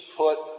put